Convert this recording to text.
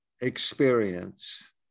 experience